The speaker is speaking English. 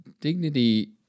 dignity